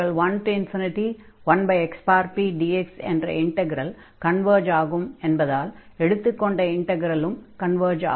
11xpdx என்ற integral converge ஆகும் என்பதால் எடுத்துக்கொண்ட இன்டக்ரலும் கன்வர்ஜ் ஆகும்